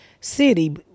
city